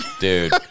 Dude